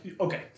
okay